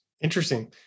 Interesting